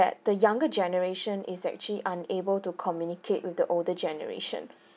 that the younger generation is actually unable to communicate with the older generation